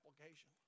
application